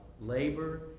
labor